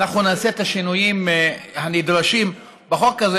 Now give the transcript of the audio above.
ואנחנו נעשה את השינויים הנדרשים בחוק הזה